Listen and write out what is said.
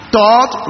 Thought